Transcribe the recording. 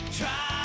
try